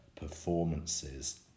performances